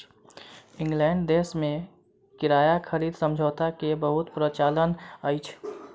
England देश में किराया खरीद समझौता के बहुत प्रचलन अछि